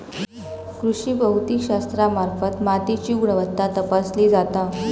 कृषी भौतिकशास्त्रामार्फत मातीची गुणवत्ता तपासली जाता